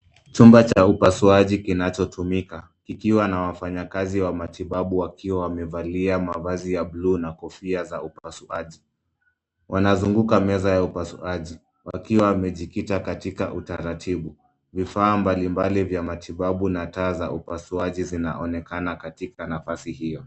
Chumba cha upasuaji kinachotumika, kikiwa na wafanyakazi wa matibabu wakiwa wamevalia mavazi ya bluu na kofia za upasuaji. Wanazunguka meza ya upasuaji, wakiwa wamejikita katika utaratibu. Vifaa mbali mbali vya matibabu na taa za upasuaji zinaonekana katika nafasi hiyo.